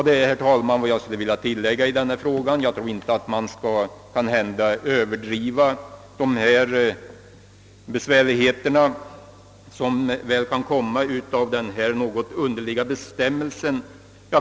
Detta var vad jag ville anföra ytterligare i denna fråga. Jag tror inte att man bör överdriva de besvärligheter som kan följa av Psykologförbundets något underliga bestämmelser.